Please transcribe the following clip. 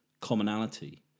commonality